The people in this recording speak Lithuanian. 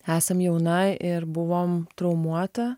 esam jauna ir buvom traumuota